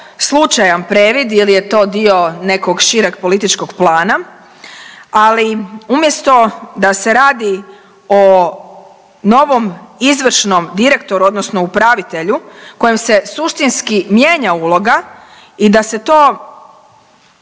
slučajan previd ili je to dio nekog šireg političkog plana, ali umjesto da se radi o novom izvršnom direktoru odnosno upravitelju kojim se suštinski mijenja uloga i da se to